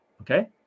Okay